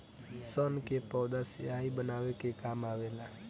सन के पौधा स्याही बनावे के काम आवेला